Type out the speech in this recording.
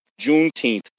Juneteenth